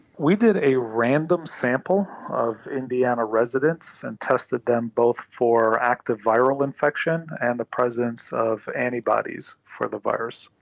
we did a random sample of indiana residents and tested them both for active viral infection and the presence of antibodies for the virus.